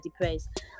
depressed